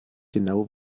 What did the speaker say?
genau